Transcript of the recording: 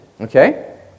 okay